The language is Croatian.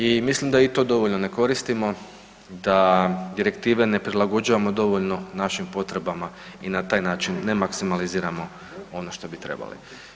I mislim da i to dovoljno ne koristimo, da direktive ne prilagođavamo dovoljno našim potrebama i na taj način ne maksimaliziramo ono što bi trebali.